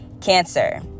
cancer